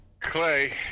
Clay